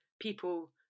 people